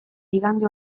igande